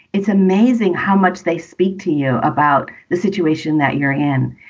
it's amazing how much they speak to you about the situation that you're in.